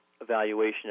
evaluation